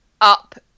up